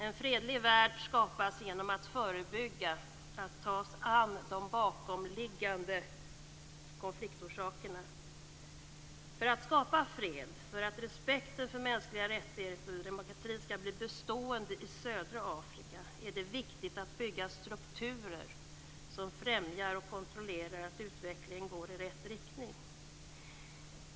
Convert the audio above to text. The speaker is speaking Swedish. En fredlig värld skapas genom att förebygga, genom att vi tar oss an de bakomliggande konfliktorsakerna. För att skapa fred och för att respekten för mänskliga rättigheter och demokrati skall bli bestående i södra Afrika är det viktigt att bygga strukturer som främjar och kontrollerar att utvecklingen går i rätt riktning.